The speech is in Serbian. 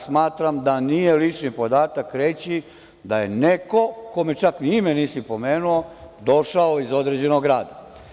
Smatram da nije lični podatak reći da je neko, kome čak ni ime nisi pomenuo, došao iz određenog grada.